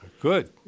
Good